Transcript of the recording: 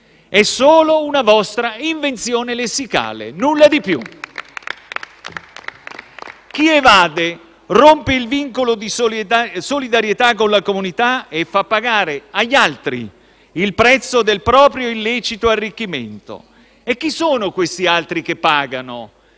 È solo una vostra invenzione lessicale, nulla di più. *(Applausi dal Gruppo PD)*. Chi evade rompe il vincolo di solidarietà con la comunità e fa pagare agli altri il prezzo del proprio illecito arricchimento. E chi sono questi altri che pagano?